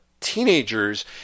Teenagers